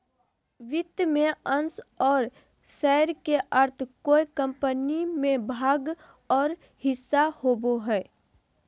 वित्त में अंश और शेयर के अर्थ कोय कम्पनी में भाग और हिस्सा होबो हइ